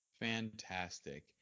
Fantastic